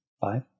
Five